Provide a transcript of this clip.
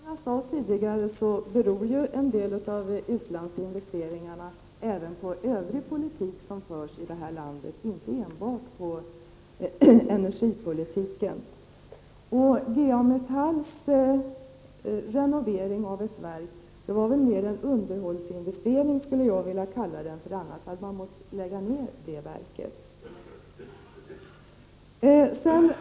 Herr talman! Precis som jag sade tidigare, beror en del av utlandsinvesteringarna på den övriga politik som förs här i landet, inte enbart på energipolitiken. G A Metalls renovering av ett verk var väl snarast en underhållsinvestering, för annars hade man måst lägga ned det verket.